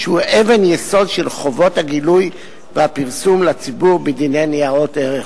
שהוא אבן היסוד של חובות הגילוי והפרסום לציבור בדיני ניירות ערך.